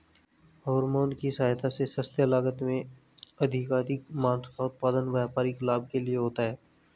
hormone की सहायता से सस्ते लागत में अधिकाधिक माँस का उत्पादन व्यापारिक लाभ के लिए होता है